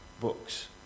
books